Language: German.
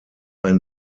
ein